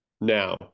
now